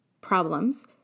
problems